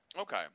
Okay